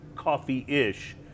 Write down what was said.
Coffee-ish